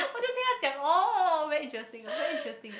听他讲 orh very interesting very interesting eh